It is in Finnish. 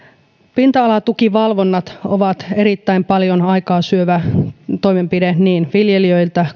pinta alatukivalvonnat ovat erittäin paljon aikaa syöviä toimenpiteitä niin viljelijöillä